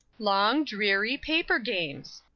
long dreary paper games.